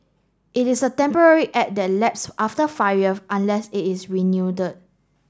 it is a temporary act that lapse after five year unless it is renew